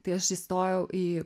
tai aš įstojau į